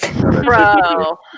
bro